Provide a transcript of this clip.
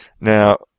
Now